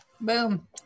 boom